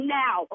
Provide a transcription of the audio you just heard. now